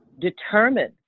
determined